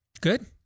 Good